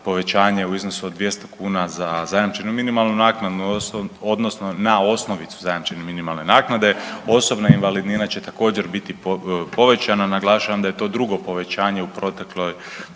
u iznosu od 200 kuna za zajamčenu minimalnu naknadu odnosno na osnovicu zajamčene minimalne naknade. Osobna invalidnina će također biti povećana. Naglašavam da je to drugo povećanje u protekloj,